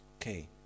Okay